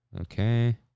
Okay